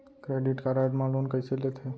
Credit card मा loan कइसे लेथे?